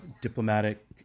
diplomatic